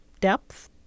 depth